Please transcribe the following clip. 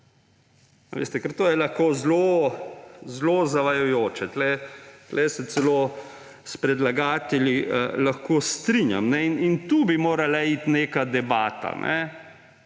Ker to je lahko zelo zelo zavajajoče. Tukaj se celo s predlagatelji lahko strinjam. O tem bi morala iti neka debata.